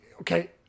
okay